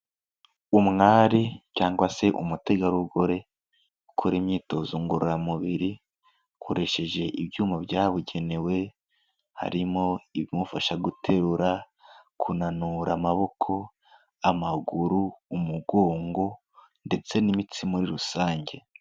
Umwari cyangwa se umutegarugori ukora imyitozo ngororamubiri, akoresheje ibyuma byabugenewe, harimo ibimufasha guterura, kunanura amaboko, amaguru, umugongo ndetse n'imitsi muri rusange.